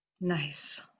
Nice